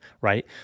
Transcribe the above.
right